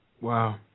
Wow